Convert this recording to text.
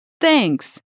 Thanks